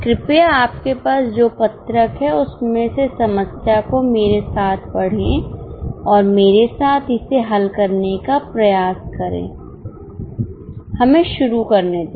कृपया आपके पास जो पत्रक है उसमें से समस्या को मेरे साथ पढ़ें और मेरे साथ इसे हल करने का प्रयास करें हमें शुरू करने दें